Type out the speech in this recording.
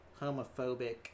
homophobic